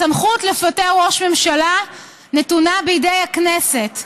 הסמכות לפטר ראש ממשלה נתונה בידי הכנסת,